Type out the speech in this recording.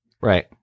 Right